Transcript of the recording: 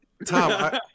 Tom